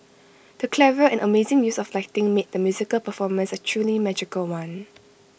the clever and amazing use of lighting made the musical performance A truly magical one